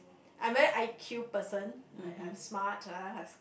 I very I_Q person like I'm smart uh